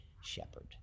shepherd